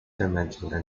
dimensional